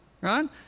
right